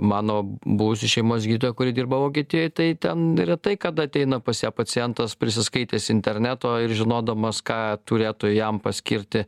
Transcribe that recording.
mano buvusi šeimos gydytoja kuri dirba vokietijoj tai ten retai kada ateina pas ją pacientas prisiskaitęs interneto ir žinodamas ką turėtų jam paskirti